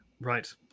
Right